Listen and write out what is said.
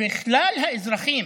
וכלל האזרחים,